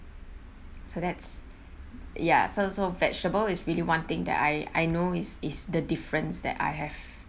so that's ya so so vegetable is really one thing that I I know is is the difference that I have